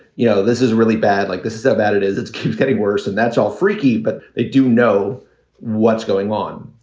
you know, this is really bad. like this is about it is it's getting worse. and that's all freaky. but they do know what's going on.